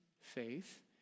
faith